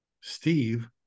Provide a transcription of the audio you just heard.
Steve